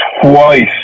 twice